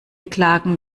klagen